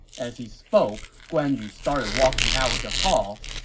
as he spoke, guan yu started walking out of the hall,